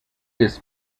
his